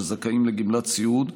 שזכאים לגמלת סיעוד.